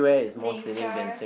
nature